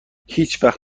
هیچوقت